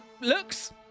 looks